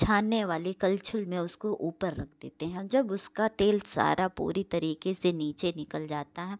छानने वाले कलछुल में उसको ऊपर रख देते हैं जब उसका तेल सारा पूरी तरीके से नीचे निकल जाता है